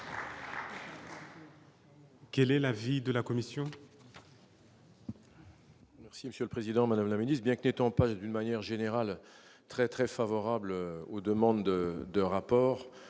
quel est l'avis de la commission